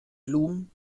blumen